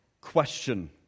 question